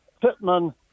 Pittman